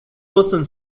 boston